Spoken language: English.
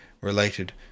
related